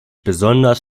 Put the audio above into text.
besonders